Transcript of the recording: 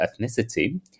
ethnicity